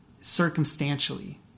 circumstantially